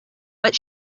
but